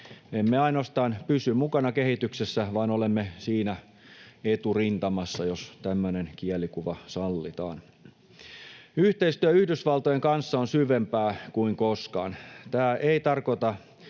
Emme ainoastaan pysy mukana kehityksessä, vaan olemme siinä eturintamassa, jos tämmöinen kielikuva sallitaan. Yhteistyö Yhdysvaltojen kanssa on syvempää kuin koskaan. Tämä ei tarkoita